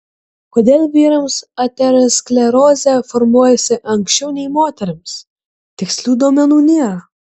kodėl vyrams aterosklerozė formuojasi anksčiau nei moterims tikslių duomenų nėra